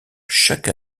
chaque